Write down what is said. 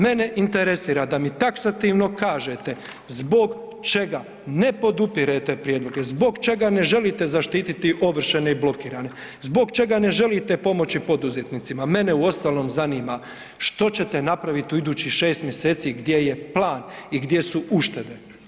Mene interesira da mi taksativno kažete zbog čega ne podupirete prijedloge, zbog čega ne želite zaštititi ovršene i blokirane, zbog čega ne želite pomoći poduzetnicima, mene uostalom zanima što ćete napravit u idućih 6 mjeseci, gdje je plan i gdje su uštede?